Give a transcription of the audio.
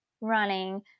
running